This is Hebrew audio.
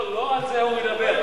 לא על זה הוא מדבר.